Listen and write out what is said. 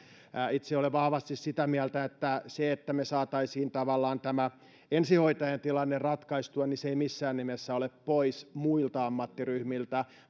itse olen vahvasti sitä mieltä että se että me saisimme tavallaan tämän ensihoitajien tilanteen ratkaistua ei missään nimessä ole pois muilta ammattiryhmiltä